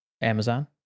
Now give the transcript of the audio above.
Amazon